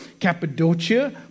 Cappadocia